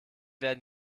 werden